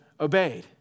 obeyed